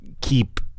keep